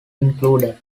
included